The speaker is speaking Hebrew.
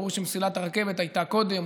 ברור שמסילת הרכבת הייתה קודם,